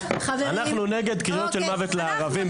אנחנו נגד קריאות של מוות לערבים בתור סטודנטים.